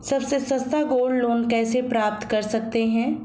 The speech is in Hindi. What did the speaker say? सबसे सस्ता गोल्ड लोंन कैसे प्राप्त कर सकते हैं?